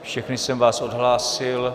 Všechny jsem vás odhlásil.